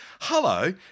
Hello